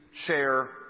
Share